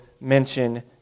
mention